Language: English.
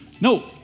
No